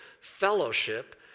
fellowship